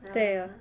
还有吗